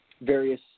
various